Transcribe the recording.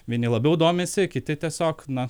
vieni labiau domisi kiti tiesiog na